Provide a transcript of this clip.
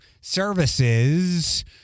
services